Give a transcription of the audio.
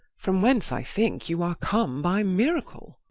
from whence, i think, you are come by miracle.